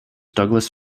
douglas